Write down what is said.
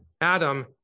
adam